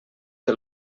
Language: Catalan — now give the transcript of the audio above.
que